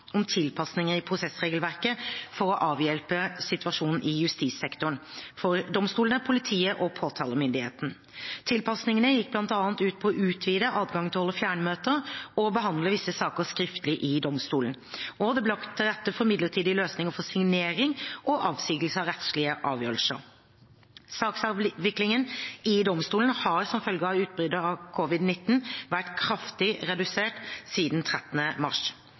om tilpasninger i prosessregelverket for å avhjelpe situasjonen i justissektoren for domstolene, politiet og påtalemyndigheten. Tilpasningene gikk bl.a. ut på å utvide adgangen til å holde fjernmøter og behandle visse saker skriftlig i domstolene, og det ble lagt til rette for midlertidige løsninger for signering og avsigelse av rettslige avgjørelser. Saksavviklingen i domstolene har som følge av utbruddet av covid-19 vært kraftig redusert siden 13. mars.